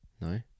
No